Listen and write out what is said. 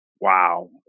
wow